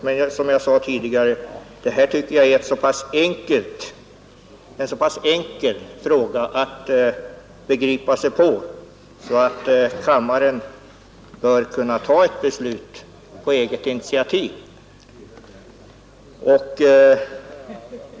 Men som jag sade tidigare tycker jag att frågan om ålderdomshemmen är så pass enkel att begripa sig på, att kammaren bör kunna fatta ett beslut på eget initiativ.